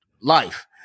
life